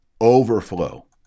overflow